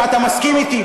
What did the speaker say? ואתה מסכים אתי,